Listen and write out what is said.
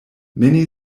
many